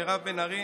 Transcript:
מירב בן ארי,